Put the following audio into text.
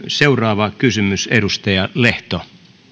seuraava kysymys edustaja lehto